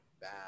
Bad